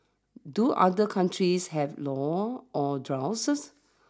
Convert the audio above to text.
do other countries have laws on drones